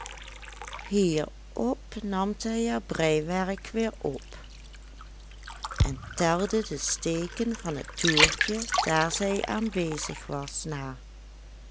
hierop nam zij haar breiwerk weer op en telde de steken van het toertje daar zij aan bezig was na